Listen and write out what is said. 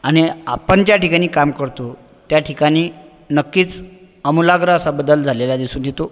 आणि आपण ज्या ठिकाणी काम करतो त्या ठिकाणी नक्कीच आमूलाग्र असा बदल झालेला दिसून येतो